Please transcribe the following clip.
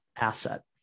asset